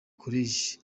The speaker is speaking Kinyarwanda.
college